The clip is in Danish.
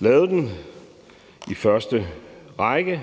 lavet den i første række.